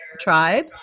tribe